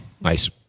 Nice